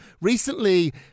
Recently